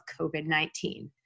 COVID-19